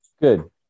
Good